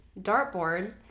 dartboard